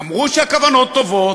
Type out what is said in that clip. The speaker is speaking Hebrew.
אמרו שהכוונות טובות,